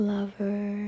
Lover